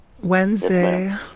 Wednesday